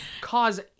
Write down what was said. cause